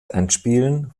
endspielen